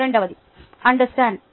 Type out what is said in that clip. రెండవది అండర్స్టాండ్